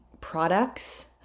products